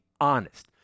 honest